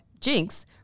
Jinx